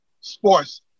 sports